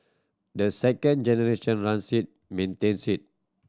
the second generation runs it maintains it